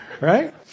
Right